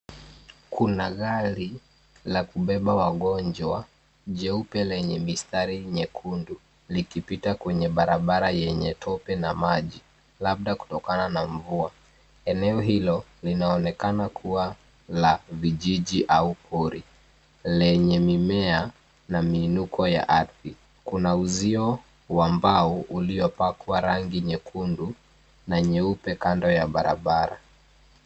Kuna gari la kubeba wagonjwa jeupe lenye mistari nyekundu likipita kwenye barabara yenye tope na maji labda kutokana na mvua. Eneo hilo linaonekana kuwa la vijiji au pori lenye mimea na miinuko ya ardhi. Kuna uzio wa mbao uliopakwa rangi nyekundu na nyeupe kando ya barabara.